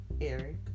Eric